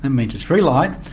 and means it's very light,